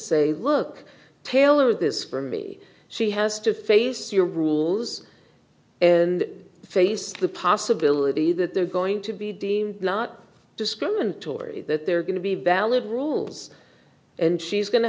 say look taylor this for me she has to face your rules and face the possibility that they're going to be deemed not discriminatory that they're going to be valid rules and she's going to